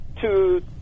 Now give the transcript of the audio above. two